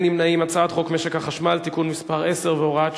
חוק משק החשמל (תיקון מס' 10 והוראת שעה),